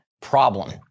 problem